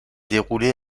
déroulé